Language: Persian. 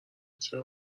چرا